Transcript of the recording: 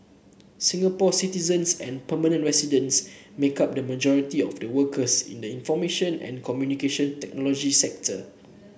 Singapore citizens and permanent residents make up the majority of the workers in the information and Communication Technology sector